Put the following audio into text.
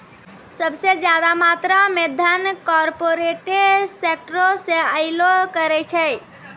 सभ से ज्यादा मात्रा मे धन कार्पोरेटे सेक्टरो से अयलो करे छै